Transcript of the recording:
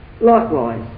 likewise